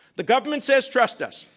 the government says, trust us.